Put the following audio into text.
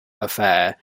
affair